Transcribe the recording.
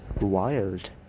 wild